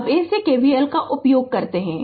अब ऐसे KVL का उपयोग करते है